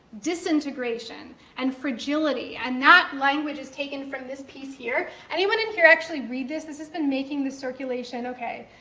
disintegration and fragility, and that language is taken from this piece here. anyone in here actually read this? this has been making the circulation, okay,